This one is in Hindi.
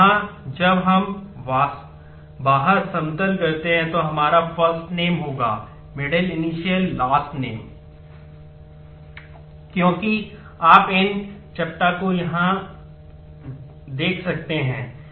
तो यहाँ जब हम बाहर समतल करते हैं तो हमारा first name होगा middle initial last name क्योंकि आप इन चपटा को यहाँ से देख सकते हैं